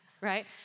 Right